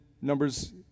Numbers